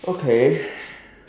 okay